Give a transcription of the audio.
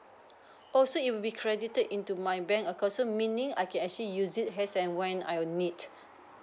also it will be credited into my bank account so meaning I can actually use it has and when I need